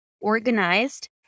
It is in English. organized